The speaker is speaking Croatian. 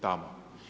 Tamo.